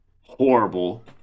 horrible